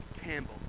campbell